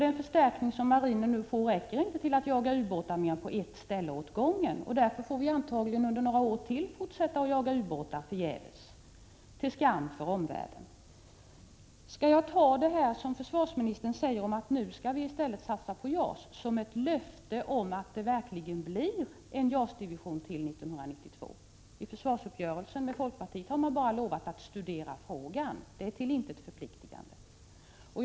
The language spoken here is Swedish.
Den förstärkning som marinen nu får räcker inte till för att jaga ubåtar på mer än ett ställe åt gången, och därför får man antagligen fortsätta att i ytterligare några år jaga ubåtar förgäves, till skam för omvärlden. Skall jag ta det som försvarsministern säger om satsningar på JAS som ett löfte om att det verkligen blir en JAS-division före 1992? I försvarsuppgörelsen med folkpartiet har man bara lovat att studera frågan, och det är till intet förpliktigande.